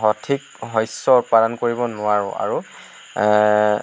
সঠিক শস্য উৎপাদন কৰিব নোৱাৰোঁ আৰু